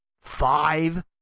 Five